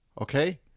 Okay